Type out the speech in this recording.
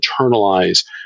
internalize